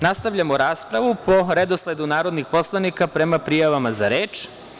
Nastavljamo raspravu po redosledu narodnih poslanika prema prijavama za reč.